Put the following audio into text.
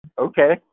Okay